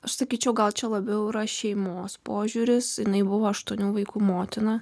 aš sakyčiau gal čia labiau yra šeimos požiūris jinai buvo aštuonių vaikų motina